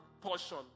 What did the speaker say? portion